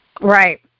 Right